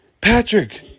Patrick